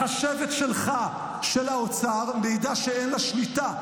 החשבת שלך, של האוצר, מעידה שאין לה שליטה.